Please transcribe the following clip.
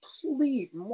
complete